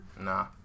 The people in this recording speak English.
Nah